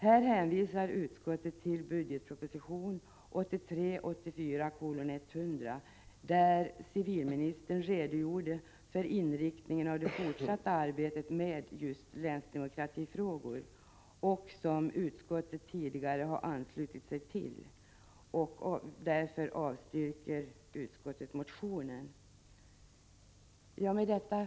Här hänvisar utskottet till budgetpropositionen 1983/84:100, där civilministern redogjorde för inriktningen av det fortsatta arbetet med just länsdemokratifrågor. Utskottet har tidigare anslutit sig till hans tankegång, och därför avstyrker utskottet motionen. Fru talman!